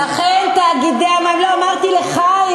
היא שפכה לתוך כוס,